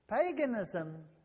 paganism